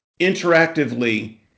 interactively